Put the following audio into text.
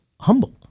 humble